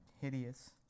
hideous